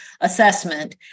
assessment